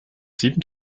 sieben